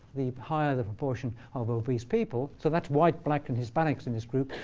the higher the proportion of obese people. so that's white, black and hispanics in this group.